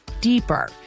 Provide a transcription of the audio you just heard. deeper